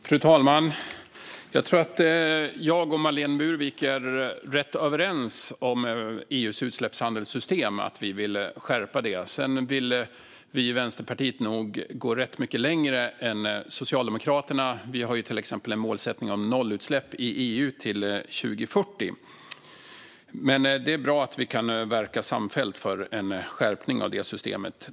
Fru talman! Jag tror att jag och Marlene Burwick är rätt överens om att vi vill skärpa EU:s utsläppshandelssystem. Sedan vill vi i Vänsterpartiet nog gå rätt mycket längre än Socialdemokraterna. Vi har till exempel en målsättning om nollutsläpp i EU till 2040. Det är dock bra att vi kan verka samfällt för en skärpning av det systemet.